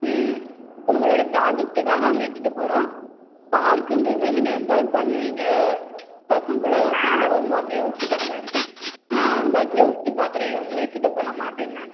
ம் உங்களோடய ப்ராஜெக்ட்டுக்காக அங்கே இட்டுட்டு போகிறோம் பார்க்குன்றது நீங்கள் என்ஜாய் பண்ணுவீங்க பசங்களோடு சண்டை வருமோ அப்படி யோசிக்கிறதாக இருக்குது பட் யோசித்து பார்க்குறேன் இவங்களை இட்டுட்டு போகலாமானு அப்படி நான்